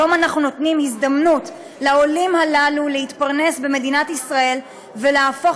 היום אנחנו נותנים הזדמנות לעולים הללו להתפרנס במדינת ישראל ולהפוך